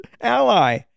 Ally